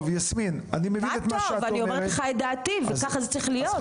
אני אומרת את דעתי וכך זה צריך להיות.